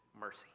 mercy